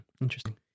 Interesting